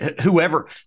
whoever